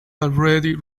already